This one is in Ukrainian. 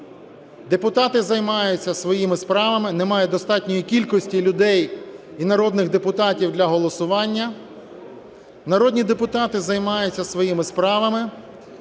Депутати займаються своїми справами. Немає достатньої кількості людей, народних депутатів, для голосування. Народні депутати займаються своїми справами.